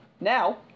Now